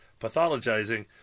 pathologizing